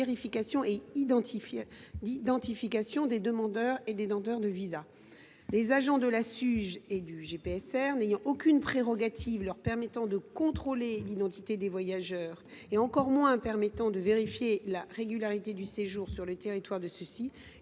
vérifications et des identifications concernant des demandeurs et des détenteurs de visa. Les agents de la Suge et du GPSR n’ayant aucune prérogative leur permettant de contrôler l’identité des voyageurs, et encore moins de vérifier la régularité du séjour sur le territoire de ceux ci,